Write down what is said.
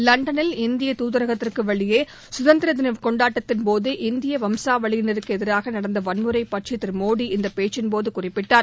லண்டனில் இந்திய துதரகத்திற்கு வெளியே குதந்திர தின கொண்டாட்டத்தின்போது இந்திய வம்சாவளியினருக்கு எதிராக நடந்த வன்முறை பற்றி திரு மோடி இந்த பேச்சின்போது குறிப்பிட்டார்